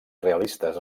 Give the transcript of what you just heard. realistes